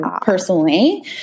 personally